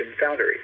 Foundry